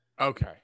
Okay